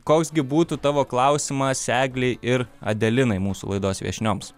koks gi būtų tavo klausimas eglei ir adelinai mūsų laidos viešnioms